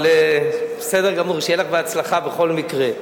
אבל, בסדר גמור, שיהיה לך בהצלחה בכל מקרה.